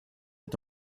est